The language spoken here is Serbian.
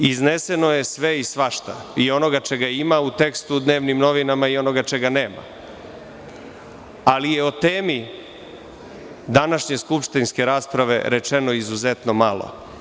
Iznešeno je sve i svašta i onoga čega ima u tekstu dnevnih novina i onoga čega nema, ali o tomi današnje skupštinske rasprave je rečeno izuzetno malo.